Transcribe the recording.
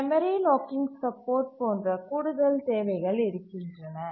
memory locking support போன்ற கூடுதல் தேவைகள் இருக்கின்றன